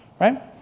right